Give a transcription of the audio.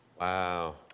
Wow